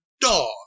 dog